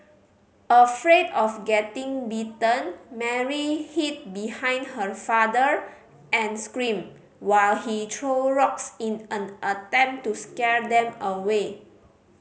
afraid of getting bitten Mary hid behind her father and screamed while he threw rocks in an attempt to scare them away